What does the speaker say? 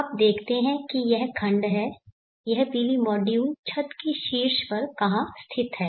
अब देखते हैं कि यह खंड यह PV मॉड्यूल छत के शीर्ष पर कहां स्थित है